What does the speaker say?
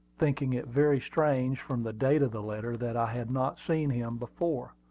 thinking it very strange, from the date of the letter, that i had not seen him before.